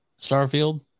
Starfield